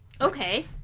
Okay